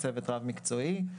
צוות רב-מקצועי.